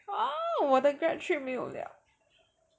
!wow! 我的 grad trip 没有了